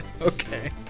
Okay